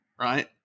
Right